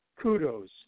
Kudos